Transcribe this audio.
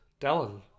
Dylan